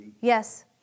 Yes